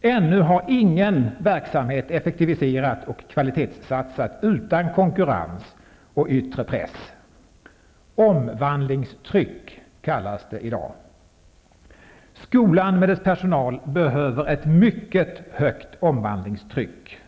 Ännu har ingen verksamhet effektiviserat och kvalitetssatsat utan konkurrens och yttre press. Omvandlingstryck kallas det i dag. Skolan och dess personal behöver ett mycket högt omvandlingstryck.